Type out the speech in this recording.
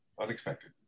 unexpected